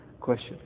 question